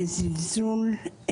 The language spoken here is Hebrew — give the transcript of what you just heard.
זלזול,